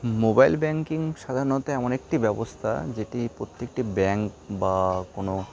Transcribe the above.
mobile banking সাধারণত এমন একটি ব্যবস্থা যেটি প্রত্যেকটি ব্যাঙ্ক বা কোনো